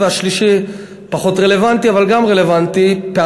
והשלישי פחות רלוונטי אבל גם רלוונטי,